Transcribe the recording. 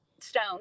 stone